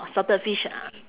salted fish ah